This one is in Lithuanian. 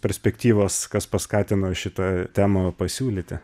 perspektyvos kas paskatino šitą temą pasiūlyti